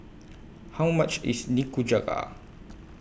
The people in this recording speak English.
How much IS Nikujaga